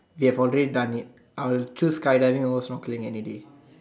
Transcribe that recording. we have already done it I will choose skydiving over snorkelling any D